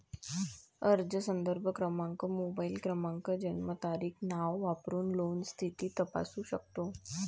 अर्ज संदर्भ क्रमांक, मोबाईल क्रमांक, जन्मतारीख, नाव वापरून लोन स्थिती तपासू शकतो